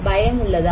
பயமுள்ளதா